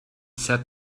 said